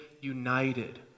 united